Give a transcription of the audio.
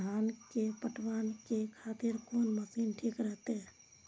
धान के पटवन के खातिर कोन मशीन ठीक रहते?